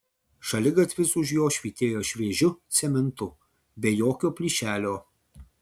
šaligatvis už jo švytėjo šviežiu cementu be jokio plyšelio